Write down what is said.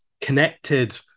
connected